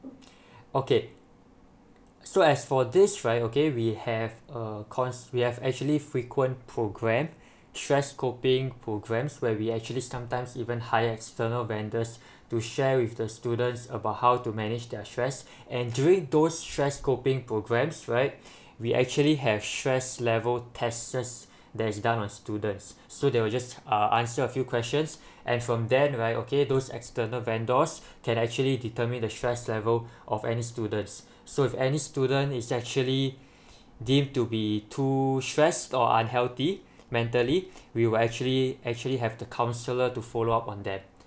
okay so as for this right okay we have uh cons~ we have actually frequent programme stress coping programs where we actually sometimes even hire external vendors to share with the students about how to manage their stress and during those stress scoping programs right we actually have stress level test stress that is done on students so they will just uh answer a few questions at from there right okay those external vendors can actually determine the stress level of any students so if any student is actually deemed to be too stressed or unhealthy mentally we will actually actually have the counselor to follow up on that